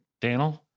Daniel